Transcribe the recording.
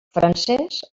francès